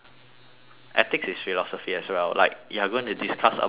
ethics is philosophy as well like you are gonna discuss about ethics